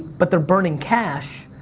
but they're burning cash,